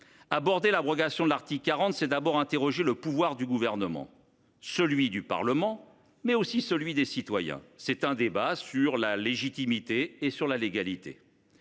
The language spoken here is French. Aborder l’abrogation de l’article 40 de la Constitution, c’est d’abord interroger le pouvoir du Gouvernement, celui du Parlement, mais aussi celui des citoyens. C’est un débat sur la légitimité et sur la légalité.